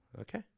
Okay